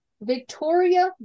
Victoria